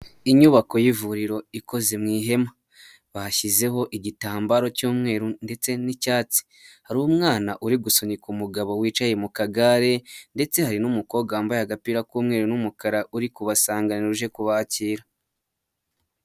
Inyubako y'ivuriro ikoze mu ihema, bashyizeho igitambaro cy'umweru ndetse n'icyatsi, hari umwana uri gusunika umugabo wicaye mu kagare, ndetse hari n'umukobwa wambaye agapira k'umweru n'umukara uri kubasanganira aje kubakira.